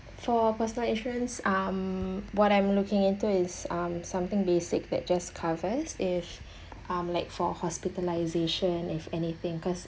for personal insurance um what I'm looking into is um something basic that just covers if um like for hospitalization if anything cause